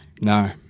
No